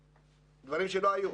אלה דברים שלא היו.